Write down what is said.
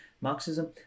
Marxism